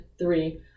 three